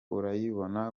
urayibona